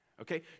Okay